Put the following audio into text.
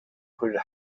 could